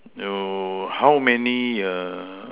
oh how many err